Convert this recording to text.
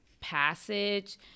passage